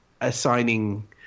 assigning